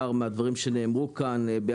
שונה,